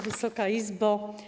Wysoka Izbo!